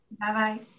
bye-bye